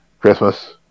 Christmas